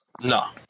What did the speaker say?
No